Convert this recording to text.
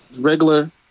regular